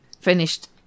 Finished